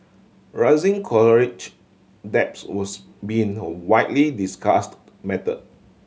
rising debts was been a widely discussed matter